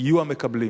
יהיו המקבלים.